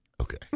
Okay